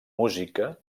música